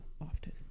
often